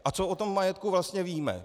A co o tom majetku vlastně víme?